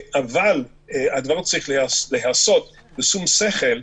אבל הדבר צריך להיעשות בשום שכל,